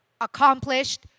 accomplished